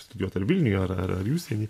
studijuot ar vilniuj ar ar į užsienį